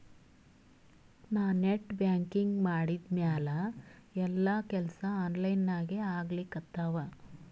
ನಾ net banking ಮಾಡಿದ್ಮ್ಯಾಲ ಎಲ್ಲಾ ಕೆಲ್ಸಾ ಆನ್ಲೈನಾಗೇ ಆಗ್ಲಿಕತ್ತಾವ